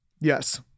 Yes